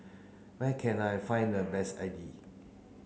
where can I find the best Idili